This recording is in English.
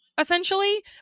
essentially